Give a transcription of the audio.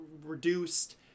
reduced